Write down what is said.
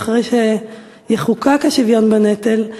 ואחרי שיחוקק השוויון בנטל,